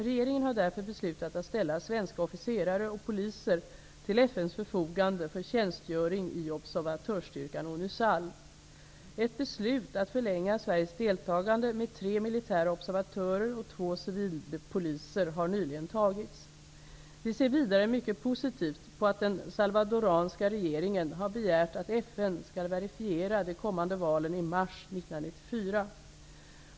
Regeringen har därför beslutat att ställa svenska officerare och poliser till FN:s förfogande för tjänstgöring i observatörsstyrkan ONUSAL. Ett beslut att förlänga Sveriges deltagande med tre militära observatörer och två civilpoliser har nyligen fattats. Vi ser vidare mycket positivt på att den salvadoranska regeringen har begärt att FN skall verifiera de kommande valen i mars 1994.